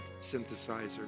synthesizer